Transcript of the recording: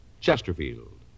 Chesterfield